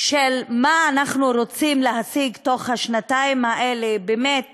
מה אנחנו רוצים להשיג בתוך השנתיים האלה, מה באמת